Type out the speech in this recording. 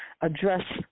address